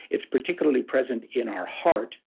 it's particularly present in our heart,